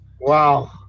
Wow